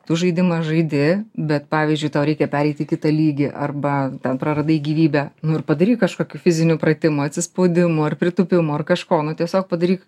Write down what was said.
tu žaidimą žaidi bet pavyzdžiui tau reikia pereit į kitą lygį arba ten praradai gyvybę nu ir padaryk kažkokių fizinių pratimų atsispaudimų ar pritūpimų ar kažko nu tiesiog padaryk